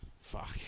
Fuck